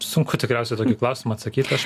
sunku tikriausiai tokį klausimą atsakyti aš